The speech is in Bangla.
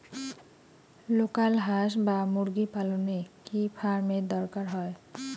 লোকাল হাস বা মুরগি পালনে কি ফার্ম এর দরকার হয়?